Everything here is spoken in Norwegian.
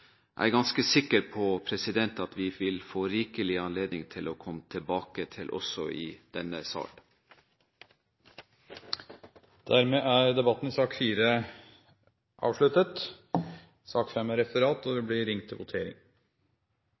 jeg er ganske sikker på at vi vil få rikelig anledning til å komme tilbake til – også i denne salen. Debatten i sak nr. 4 er dermed avsluttet. Vi er da klare til å gå til votering.